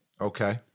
Okay